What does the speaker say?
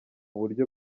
buryo